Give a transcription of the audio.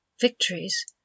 victories